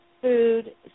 food